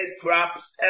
crops